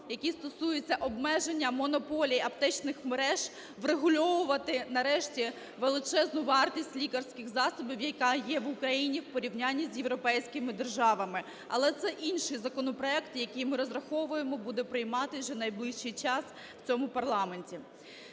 які стосуються обмеження монополії аптечних мереж, врегульовувати нарешті величезну вартість лікарських засобів, яка є в Україні в порівнянні з європейськими державами. Але це інший законопроект, який, ми розраховуємо, буде прийматися вже в найближчий час в цьому парламенті.